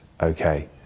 okay